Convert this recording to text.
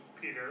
Peter